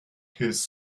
his